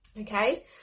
okay